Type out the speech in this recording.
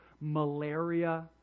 malaria